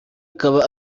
akaba